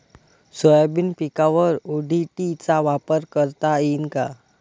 Soybean पिकावर ODT चा वापर करता येईन का?